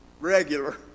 regular